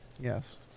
Yes